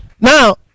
Now